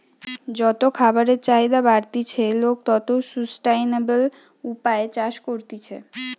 যত খাবারের চাহিদা বাড়তিছে, লোক তত সুস্টাইনাবল উপায়ে চাষ করতিছে